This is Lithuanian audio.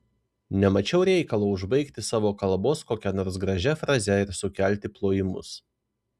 nemačiau reikalo užbaigti savo kalbos kokia nors gražia fraze ir sukelti plojimus